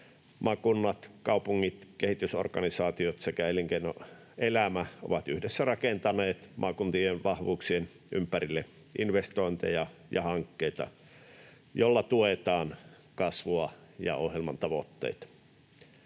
Maakunnat, kaupungit, kehitysorganisaatiot sekä elinkeinoelämä ovat yhdessä rakentaneet maakuntien vahvuuksien ympärille investointeja ja hankkeita, joilla tuetaan kasvua ja ohjelman tavoitteita.